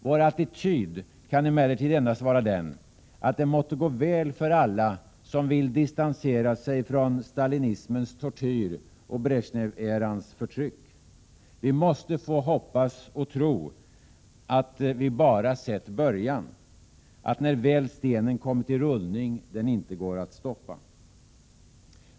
Vår attityd kan emellertid endast vara den att det måtte gå väl för alla som vill distansera sig från stalinismens tortyr och Bresjnev-erans förtryck. Vi måste få hoppas och tro att vi bara har sett början, att stenen när den väl kommit i rullning inte går att stoppa.